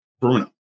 Bruno